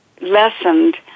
lessened